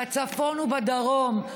בצפון ובדרום,